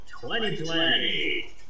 2020